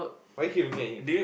why you keep looking at him